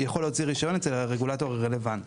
הוא יכול להוציא רישיון אצל הרגולטור הרלוונטי.